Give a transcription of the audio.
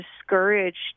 discouraged